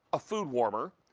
a food warmer,